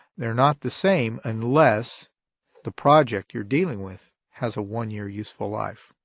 they're not the same unless the project you're dealing with has a one-year useful life.